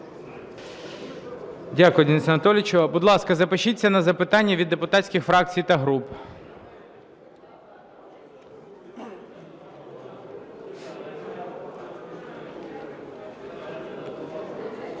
Дякую, Денисе Анатолійовичу. Будь ласка, запишіться на запитання від депутатських фракцій та груп.